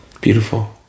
Beautiful